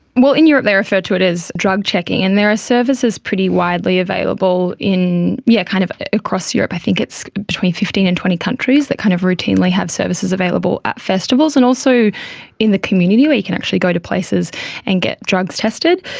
well, in europe they refer to it as drugs checking, and there are services pretty widely available yeah kind of across europe, i think it's between fifteen and twenty countries that kind of routinely have services available at festivals, and also in the community where you can actually go to places and get drugs tested.